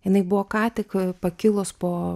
jinai buvo ką tik pakilus po